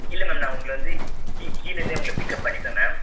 இல்லை மேம் நான் உங்களை வந்து கி கீழே இருந்தே பிக்கப் பண்ணிப்பேன் மேம்